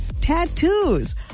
tattoos